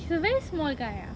he's a very small guy ah